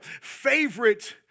favorite